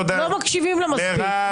לא מקשיבים לה מספיק.